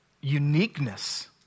uniqueness